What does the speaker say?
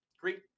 Great